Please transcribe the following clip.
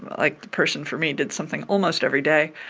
like the person for me did something almost every day.